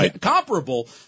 comparable